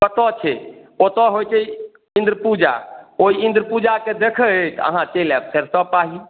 कतऽ छै ओतऽ होइ छै इन्द्र पूजा ओहि इन्द्र पूजाके देखैत अहाँ चलि आएब सरिसब पाही